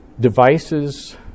devices